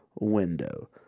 window